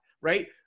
Right